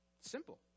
Simple